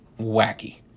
wacky